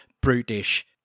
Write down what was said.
brutish